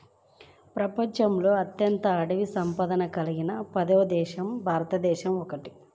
ప్రపంచంలో అత్యంత అటవీ సంపద కలిగిన పది దేశాలలో భారతదేశం ఒకటి